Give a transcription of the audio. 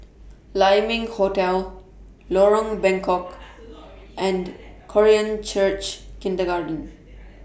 Lai Ming Hotel Lorong Bengkok and Korean Church Kindergarten